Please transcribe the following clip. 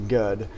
good